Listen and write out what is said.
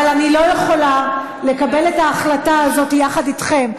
אבל אני לא יכולה לקבל את ההחלטה הזאת יחד איתכם,